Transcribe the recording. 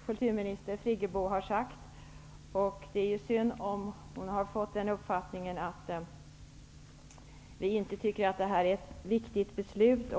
Herr talman! Jag kan inte annat än instämma i det kulturminister Friggebo har sagt. Det är synd om hon har fått uppfattningen att vi inte tycker att detta är ett viktigt beslut,